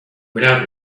without